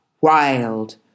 wild